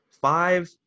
Five